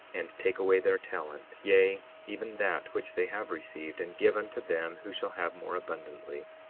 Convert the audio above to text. and take away their talent, yea, even that which they have received, and give unto them who shall have more abundantly.